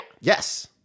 Yes